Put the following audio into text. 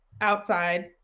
outside